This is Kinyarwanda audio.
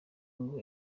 ngo